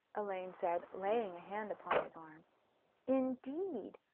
elaine said, laying a hand upon his arm indeed,